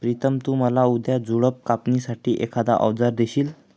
प्रितम तु मला उद्या झुडप कापणी साठी एखाद अवजार देशील?